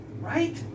Right